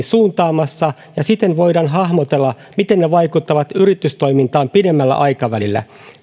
suuntaamassa ja siten voidaan hahmotella miten ne vaikuttavat yritystoimintaan pidemmällä aikavälillä